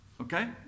Okay